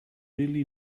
really